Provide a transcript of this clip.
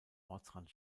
ortsrand